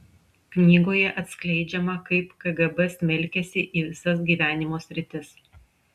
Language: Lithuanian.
knygoje atskleidžiama kaip kgb smelkėsi į visas gyvenimo sritis